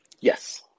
Yes